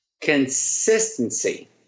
consistency